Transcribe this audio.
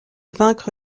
vaincre